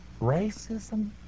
Racism